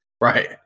right